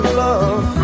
love